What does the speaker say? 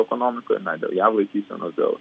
ekonomikoje dėl jav laikysenos dėl